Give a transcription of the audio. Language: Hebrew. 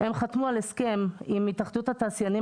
הם חתמו על הסכם עם התאחדות התעשיינים